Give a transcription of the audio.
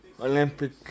Olympic